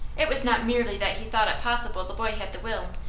it was not merely that he thought it possible the boy had the will,